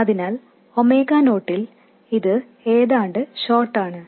അതിനാൽ ഒമേഗ നോട്ടിൽ ഇത് ഏതാണ്ട് ഷോട്ട് ആണ്